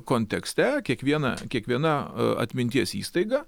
kontekste kiekviena kiekviena atminties įstaiga